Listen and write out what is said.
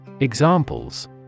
Examples